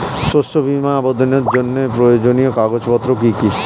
শস্য বীমা আবেদনের জন্য প্রয়োজনীয় কাগজপত্র কি কি?